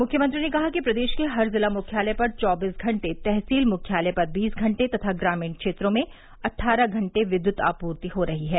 मुख्यमंत्री ने कहा कि प्रदेश के हर जिला मुख्यालय पर चौबीस घंटे तहसील मुख्यालय पर बीस घंटे तथा ग्रामीण क्षेत्रों में अट्ठारह घंटे विद्युत आपूर्ति हो रही है